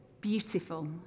beautiful